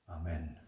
amen